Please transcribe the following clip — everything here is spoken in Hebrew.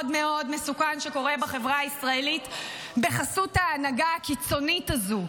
מאוד מסוכן שקורה בחברה הישראלית בחסות ההנהגה הקיצונית הזו,